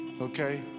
Okay